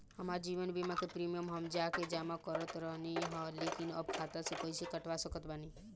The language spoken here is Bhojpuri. हमार जीवन बीमा के प्रीमीयम हम जा के जमा करत रहनी ह लेकिन अब खाता से कइसे कटवा सकत बानी?